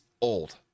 old